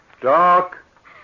Doc